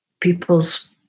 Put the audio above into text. people's